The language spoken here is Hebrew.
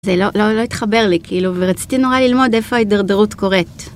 זה לא התחבר לי, כאילו, ורציתי נורא ללמוד איפה ההידרדרות קורת.